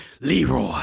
Leroy